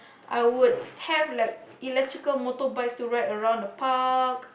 I would have like electrical motorbikes to ride around the park